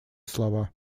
слова